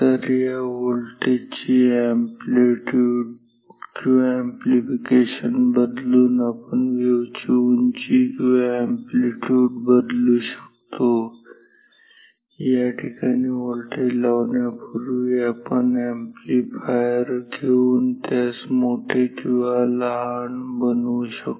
तर या व्होल्टेज ची अॅम्प्लीट्यूड किंवा अॅम्प्लीफिकेशन बदलून आपण या वेव्हची उंची किंवा अॅम्प्लीट्यूड बदलू शकतो या ठिकाणी या व्होल्टेज चा लावण्यापूर्वी आपण अॅम्प्लीफायर घेवून त्यास मोठे किंवा लहान बनवू शकतो